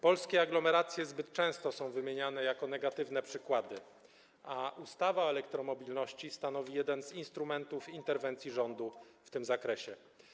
Polskie aglomeracje zbyt często są wymieniane jako negatywne przykłady, a ustawa o elektromobilności stanowi jeden z instrumentów interwencji rządu w tym zakresie.